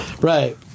right